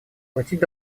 платить